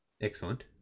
excellent